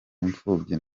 imfubyi